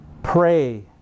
pray